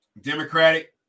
Democratic